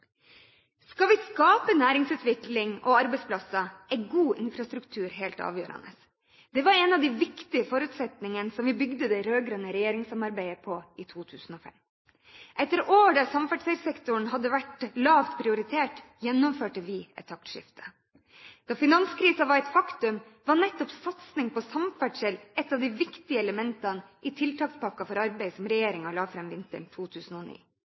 Skal vi skape næringsutvikling og arbeidsplasser, er god infrastruktur helt avgjørende. Det var en av de viktige forutsetningene som vi bygde det rød-grønne regjeringssamarbeidet på i 2005. Etter år der samferdselssektoren hadde vært lavt prioritert, gjennomførte vi et taktskifte. Da finanskrisen var et faktum, var nettopp satsing på samferdsel et av de viktige elementene i tiltakspakken for arbeid som regjeringen la fram vinteren 2009.